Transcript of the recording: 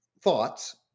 thoughts